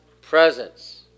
presence